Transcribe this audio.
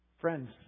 Friends